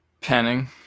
Penning